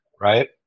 right